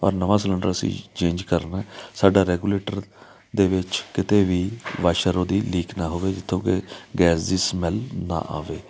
ਆਹ ਨਵਾਂ ਸਲੰਡਰ ਅਸੀਂ ਚੇਂਜ ਕਰਨਾ ਸਾਡਾ ਰੈਗੂਲੇਟਰ ਦੇ ਵਿੱਚ ਕਿਤੇ ਵੀ ਵਾਸ਼ਰ ਉਹਦੀ ਲੀਕ ਨਾ ਹੋਵੇ ਜਿੱਥੋਂ ਕਿ ਗੈਸ ਦੀ ਸਮੈਲ ਨਾ ਆਵੇ